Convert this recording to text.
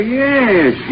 yes